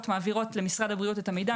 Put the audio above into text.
מעבירות למשרד הבריאות את המידע,